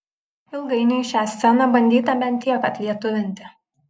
ilgainiui šią sceną bandyta bent kiek atlietuvinti